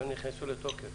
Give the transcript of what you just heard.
אבל הן נכנסו לתוקף.